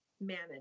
manage